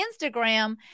Instagram